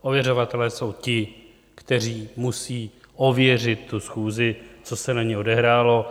Ověřovatelé jsou ti, kteří musejí ověřit tu schůzi, co se na ní odehrálo.